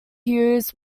hughes